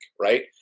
right